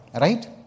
Right